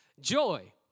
Joy